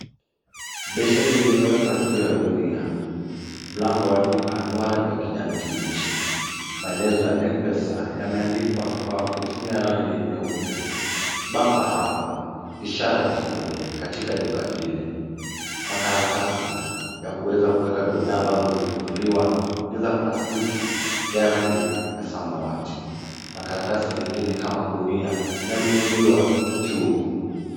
Besheni limewekwa juu ya gunia, mlango wa duka ni wa rangi wa kijani kibichi. Maelezo ya mpesa yameandikwa kwa kutumia rangi nyeupe. Bamba hapa, ishara ya kidole katika duka hili. Makaratasi ya kuweza kuweka bidhaa ambazo zimenunuliwa ni za plastiki ya rangi ya samawati. Makaratasi mengine kama gunia yameinuliwa juu.